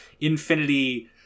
Infinity